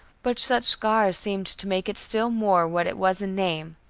but such scars seemed to make it still more what it was in name,